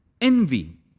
envy